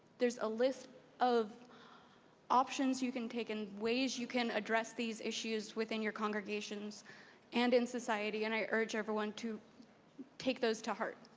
there's a list of options you can take and ways you can address these issues within your congregations and in society, and i urge everyone to take those to heart.